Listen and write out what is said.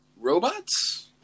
Robots